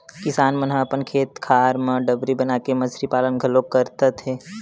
किसान मन ह अपन खेत खार म डबरी बनाके मछरी पालन घलोक करत हे